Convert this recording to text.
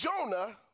Jonah